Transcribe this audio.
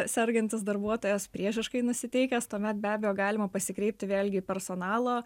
sergantis darbuotojas priešiškai nusiteikęs tuomet be abejo galima pasikreipti vėlgi į personalo